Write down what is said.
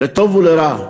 לטוב ולרע,